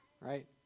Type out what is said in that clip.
right